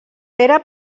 era